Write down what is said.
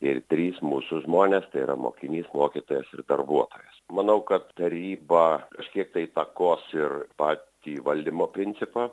ir trys mūsų žmonės tai yra mokinys mokytojas ir darbuotojas manau kad taryba kažkiek tai įtakos ir patį valdymo principą